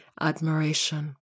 admiration